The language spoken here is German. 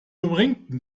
umringten